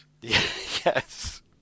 Yes